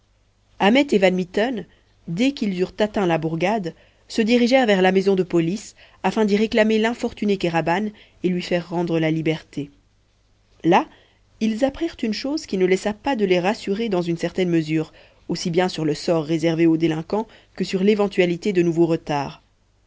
van mitten dès qu'ils eurent atteint la bourgade se dirigèrent vers la maison de police afin d'y réclamer l'infortuné kéraban et lui faire rendre la liberté là ils apprirent une chose qui ne laissa pas de les rassurer dans une certaine mesure aussi bien sur le sort réservé au délinquant que sur l'éventualité de nouveaux retards